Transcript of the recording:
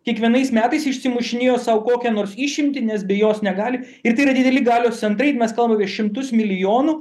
kiekvienais metais išsimušinėjo sau kokią nors išimtį nes be jos negali ir tai yra dideli galios centrai mes kalbam virš šimtus milijonų